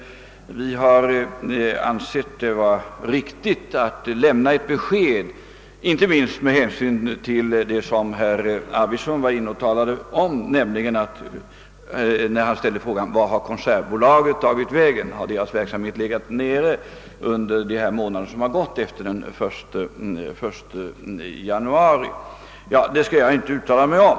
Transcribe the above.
Men vi har ansett det riktigt att lämna ett besked, inte minst med tanke på det som herr Arvidson också berörde, när han ställde frågan: Vart har Konsertbolaget tagit vägen; har dess verksamhet legat nere under de månader som gått efter den 1 januari? Den saken skall jag nu inte uttala mig om.